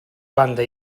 banda